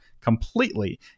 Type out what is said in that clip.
completely